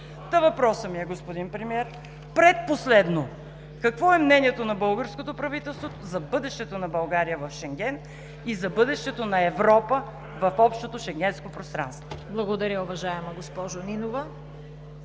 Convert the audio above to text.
Та въпросът ми е: господин Премиер, предпоследно какво е мнението на българското правителство за бъдещето на България в Шенген и за бъдещето на Европа в общото шенгенско пространство? ПРЕДСЕДАТЕЛ ЦВЕТА КАРАЯНЧЕВА: Благодаря, уважаема госпожо Нинова.